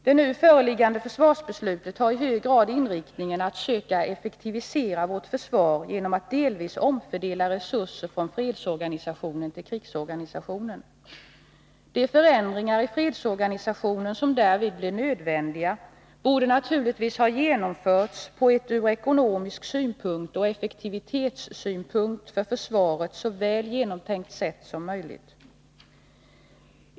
Det nu föreliggande försvarsbeslutet har i hög grad inriktningen att försöka effektivisera vårt försvar genom att delvis omfördela resurserna från fredsorganisationen till krigsorganisationen. De förändringar i fredsorganisationen som därvid blivit nödvändiga borde naturligtvis ha genomförts på ett ur ekonomisk synpunkt och effektivitetssynpunkt för försvaret så väl genomtänkt sätt som möjligt.